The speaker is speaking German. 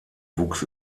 wuchs